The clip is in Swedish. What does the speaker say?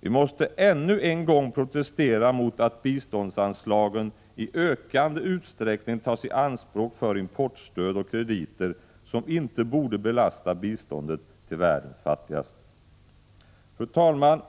Vi måste ännu en gång protestera mot att biståndanslagen i ökande utsträckning tas i anspråk för importstöd och krediter som inte borde belasta biståndet till världens fattigaste. Fru talman!